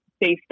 based